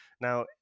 Now